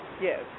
Yes